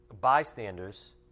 bystanders